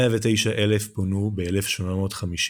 109,000 פונו ב-1850.